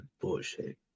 bullshit